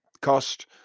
cost